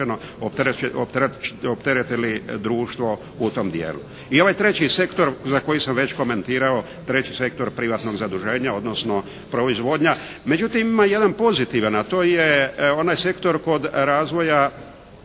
I ovaj treći sektor za koji sam već komentirao, treći sektor privatnog zaduženja odnosno proizvodnja. Međutim, ima jedan pozitivan a to je onaj sektor kod razvoja